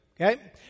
Okay